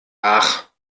ach